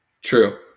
True